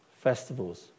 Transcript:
festivals